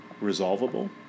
resolvable